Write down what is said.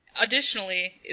Additionally